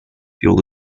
field